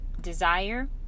desire